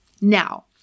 Now